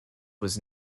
was